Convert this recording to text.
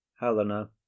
helena